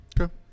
Okay